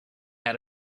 had